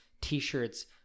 t-shirts